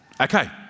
Okay